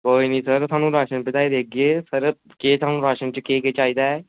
कोई निं सर थुहानू राशन पजाई देगे केह् थुहानू राशन च केह् केह् चाहिदा ऐ